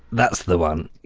that's the one.